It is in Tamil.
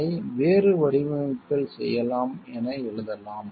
அதை வேறு வடிவமைப்பில் செய்யலாம் என எழுதலாம்